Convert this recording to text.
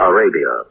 Arabia